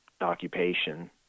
occupation